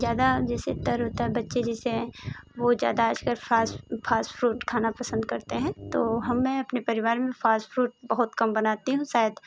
ज़्यादा जैसे तर होता है बच्चे जैसे बहुत ज़्यादा आजकल फास्ट फास्ट फूड खाना पसंद करते हैं तो हम मैं अपने परिवार में फास्ट फूड बहुत कम बनाती हूँ शायद